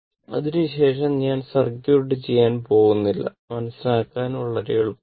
അതിനുശേഷം ഞാൻ സർക്യൂട്ട് ചെയ്യാൻ പോകുന്നില്ല മനസ്സിലാക്കാൻ വളരെ എളുപ്പമാണ്